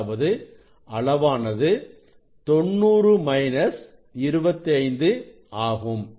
அதாவது அளவானது 90 மைனஸ் 25 ஆகும்